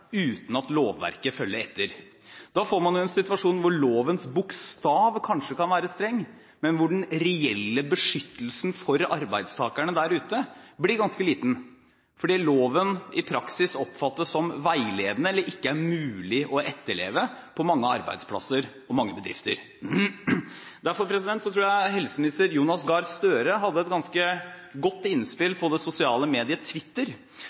uten at lovverket følger etter. Da får man en situasjon hvor lovens bokstav kanskje kan være streng, men hvor den reelle beskyttelsen for arbeidstakerne der ute blir ganske liten fordi loven i praksis oppfattes som veiledende eller ikke er mulig å etterleve på mange arbeidsplasser og bedrifter. Derfor tror jeg helseminister Jonas Gahr Støre hadde et ganske godt innspill på det sosiale mediet